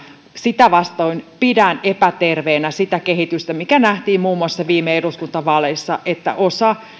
sitä vastoin pidän epäterveenä sitä kehitystä mikä nähtiin muun muassa viime eduskuntavaaleissa että osa